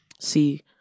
see